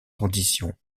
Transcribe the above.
condition